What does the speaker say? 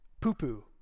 Poo-poo